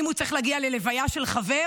ואם הוא צריך להגיע ללוויה של חבר,